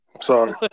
sorry